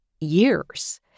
years